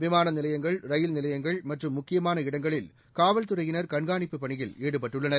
விமான நிலையங்கள் ரயில் நிலையங்கள் மற்றும் முக்கியமான இடங்களில் காவல்துறையினர் கண்காணிப்புப் பணியில் ஈடுபட்டுள்ளனர்